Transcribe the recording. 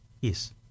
Yes